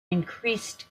increased